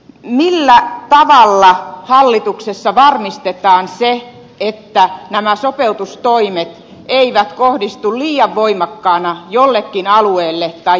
millä tavalla hallituksessa varmistetaan se että nämä sopeutustoimet eivät kohdistu liian voimakkaina jollekin alueelle tai jollekin paikkakunnalle